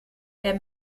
der